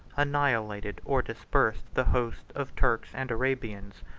annihilated or dispersed the host of turks and arabians,